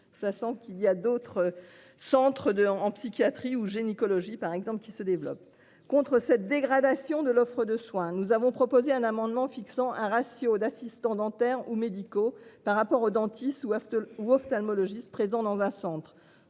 ça sent qu'il y a d'autres centres de en psychiatrie ou gynécologie par exemple qui se développe contre cette dégradation de l'offre de soins, nous avons proposé un amendement fixant un ratio d'assistants dentaires ou médicaux par rapport au dentiste ou after ou ophtalmologiste présents dans un centre.